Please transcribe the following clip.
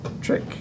trick